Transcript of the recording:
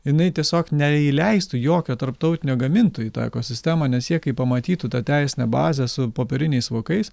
jinai tiesiog neįleistų jokio tarptautinio gamintojo į tą eko sistemą nes jie kai pamatytų tą teisinę bazę su popieriniais vokais